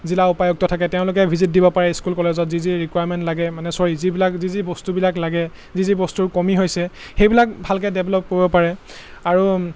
জিলা উপায়ুক্ত থাকে তেওঁলোকে ভিজিট দিব পাৰে স্কুল কলেজত যি যি ৰিকুৱাৰমেণ্ট লাগে মানে চৰি যিবিলাক যি যি বস্তুবিলাক লাগে যি যি বস্তুৰ কমি হৈছে সেইবিলাক ভালকৈ ডেভেলপ কৰিব পাৰে আৰু